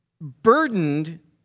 burdened